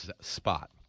spot